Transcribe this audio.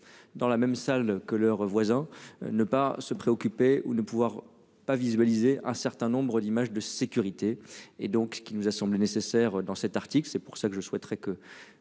Dans la même salle que leurs voisins. Ne pas se préoccuper ou ne pouvoir pas visualiser un certain nombre d'images, de sécurité et donc qu'il nous a semblé nécessaire dans cet article. C'est pour ça que je souhaiterais que